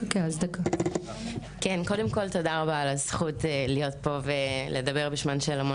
תודה רבה על הזכות להיות פה ולדבר בשמן של הרבה